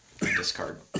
Discard